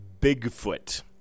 Bigfoot